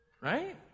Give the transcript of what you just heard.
Right